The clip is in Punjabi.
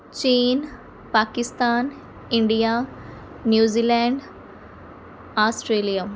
ਚੀਨ ਪਾਕਿਸਤਾਨ ਇੰਡੀਆ ਨਿਊਜ਼ੀਲੈਂਡ ਆਸਟ੍ਰੇਲੀਆ